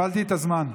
הפעלתי את הזמן.